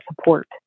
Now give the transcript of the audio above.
support